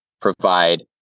provide